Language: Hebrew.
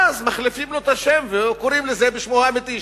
אז מחליפים לו את השם וקוראים לזה בשמו האמיתי,